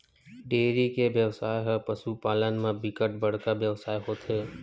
dairy के बेवसाय ह पसु पालन म बिकट बड़का बेवसाय होथे